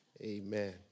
Amen